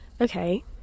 okay